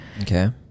Okay